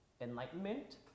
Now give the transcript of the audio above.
enlightenment